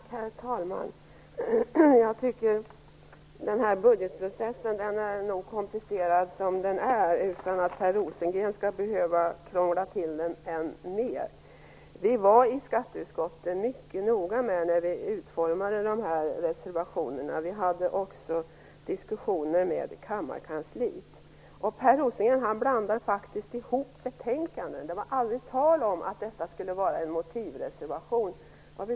Herr talman! Jag tycker att den här budgetprocessen är nog komplicerad som den är utan att Per Rosengren skall behöva krångla till den än mer. Vi var mycket noga när vi utformade de här reservationerna i skatteutskottet. Vi hade också diskussioner med kammarkansliet. Per Rosengren blandar faktiskt ihop betänkanden. Det var aldrig tal om att detta skulle vara en motivreservation.